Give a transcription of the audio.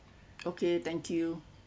okay thank you